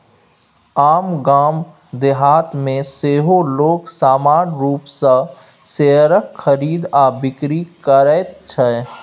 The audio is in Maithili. आब गाम देहातमे सेहो लोग सामान्य रूपसँ शेयरक खरीद आ बिकरी करैत छै